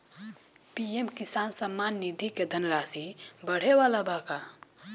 PM Kisan Samman Nidhi क धनराशि बढ़े वाला बा का?